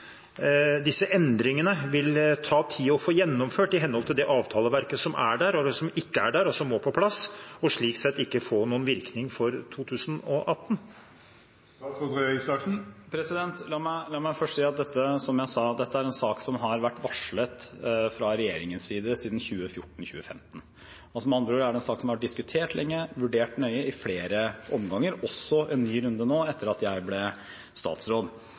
vil ta tid å få gjennomført disse endringene i henhold til det avtaleverket som er der, eller som ikke er der, og som må på plass, og slik sett ikke får noen virkning for 2018? Som jeg sa: Dette er en sak som har vært varslet fra regjeringens side siden 2014–2015. Det er med andre ord en sak som har vært diskutert lenge og vurdert nøye i flere omganger, også i en ny runde nå, etter at jeg ble statsråd